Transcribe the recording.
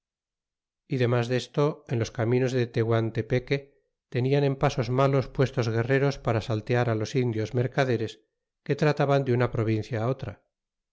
y demas desto en los caminos de teguantepeque tenian en pasos malos puestos guerreros para saltear los indios mercaderes que trataban de una provincia otra